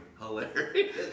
Hilarious